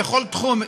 בכל תחום,